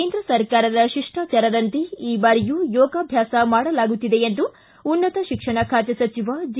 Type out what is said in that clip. ಕೇಂದ್ರ ಸರ್ಕಾರದ ಶಿಷ್ಠಾಚಾರದಂತೆ ಈ ಬಾರಿಯೂ ಯೋಗಾಭ್ಯಾಸ ಮಾಡಲಾಗುತ್ತಿದೆ ಎಂದು ಉನ್ನತ ಶಿಕ್ಷಣ ಖಾತೆ ಸಚಿವ ಜಿ